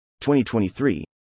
2023